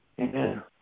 Amen